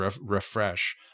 refresh